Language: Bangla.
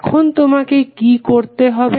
এখন তোমাকে কি করতে হবে